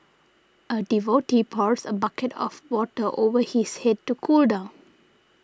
a devotee pours a bucket of water over his head to cool down